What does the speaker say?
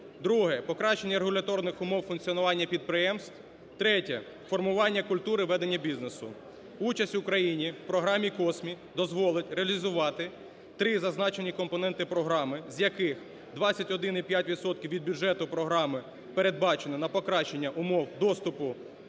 друге – покращення регуляторних умов функціонування підприємств, третє – формування культури ведення бізнесу. Участь України в програмі COSME дозволить реалізувати три зазначені компоненти програми з яких: 21,5 відсотків від бюджету програми передбачено на покращення умов доступу